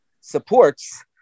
supports